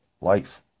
life